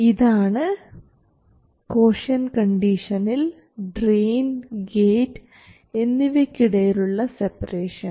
ഇതാണ് കോഷ്യന്റ് കണ്ടീഷനിൽ drain gate എന്നിവയ്ക്ക് ഇടയിലുള്ള സെപ്പറേഷൻ